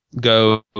go